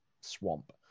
swamp